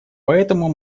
поэтому